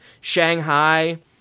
Shanghai